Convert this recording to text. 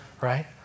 Right